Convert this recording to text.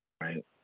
right